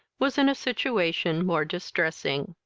was in a situation more distressing.